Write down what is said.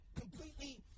completely